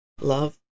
Love